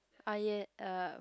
I yeah uh